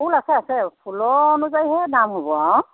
ফুল আছে আছে ফুলৰ অনুযায়ীহে দাম হ'ব অঁ